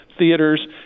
theaters